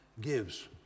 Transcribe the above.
gives